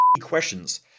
questions